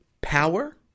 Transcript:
power